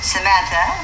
Samantha